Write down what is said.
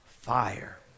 fire